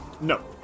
No